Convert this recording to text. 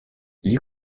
gli